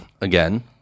again